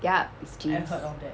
yup it's genes